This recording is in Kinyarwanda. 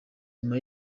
nyuma